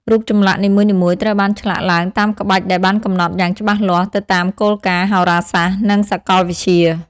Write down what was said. រូបចម្លាក់នីមួយៗត្រូវបានឆ្លាក់ឡើងតាមក្បាច់ដែលបានកំណត់យ៉ាងច្បាស់លាស់ទៅតាមគោលការណ៍ហោរាសាស្ត្រ និងសកលវិទ្យា។